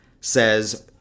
says